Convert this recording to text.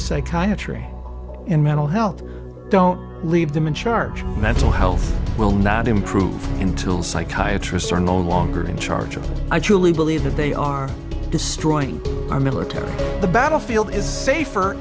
is psychiatry and mental health don't leave them in charge of mental health will not improve until psychiatry star no longer in charge of i truly believe that they are destroying our military the battlefield is safer